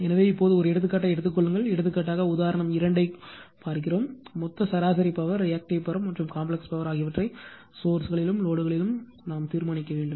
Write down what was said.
எனவே இப்போது ஒரு எடுத்துக்காட்டை எடுத்துக் கொள்ளுங்கள் எடுத்துக்காட்டாக உதாரணம் 2 ஐக் காண்க மொத்த சராசரி பவர் ரியாக்ட்டிவ் பவர் மற்றும் காம்பிளக்ஸ் பவர் ஆகியவற்றை சோர்ஸ்களிலும் லோடுகளிலும் தீர்மானிக்க வேண்டும்